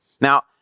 Now